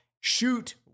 Shoot